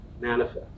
Manifest